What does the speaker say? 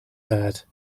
that